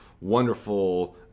wonderful